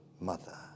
mother